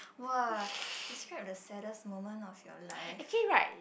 !wah! describe the saddest moment of your life